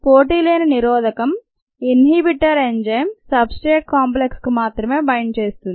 పోటీలేని నిరోధకం inhibitor enzyme substrate complex కు మాత్రమే బైండ్ చేస్తుంది